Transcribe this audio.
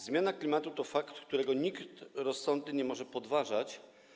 Zmiana klimatu to fakt, którego nikt rozsądny nie może podważać.